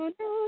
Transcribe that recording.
no